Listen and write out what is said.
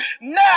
now